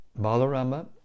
Balarama